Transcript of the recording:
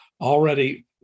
already